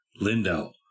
Lindell